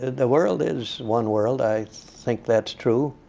the world is one world, i think that's true.